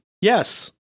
Yes